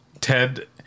Ted